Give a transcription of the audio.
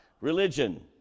religion